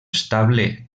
estable